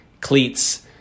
cleats